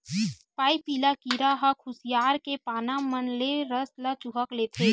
पाइपिला कीरा ह खुसियार के पाना मन ले रस ल चूंहक लेथे